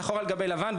שחור על גבי לבן,